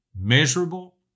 measurable